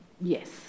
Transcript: Yes